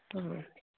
ਹਾਂ